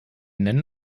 nennen